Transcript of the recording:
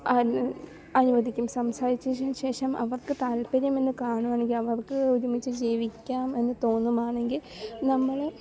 അനുവദിക്കും സംസാരിച്ചതിന് ശേഷം അവർക്ക് താല്പര്യം എന്ന് കാണുകയാണെങ്കിൽ അവർക്ക് ഒരുമിച്ച് ജീവിക്കാം എന്ന് തോന്നുകയാണെങ്കിൽ നമ്മൾ